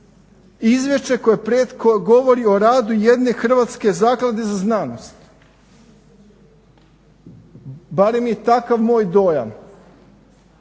izvješće koje govori o radu jedne Hrvatske zaklade za znanost barem je takav moj dojam.